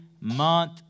month